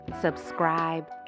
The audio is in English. subscribe